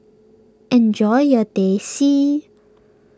enjoy your Teh C